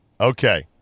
Okay